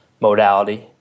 modality